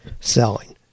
selling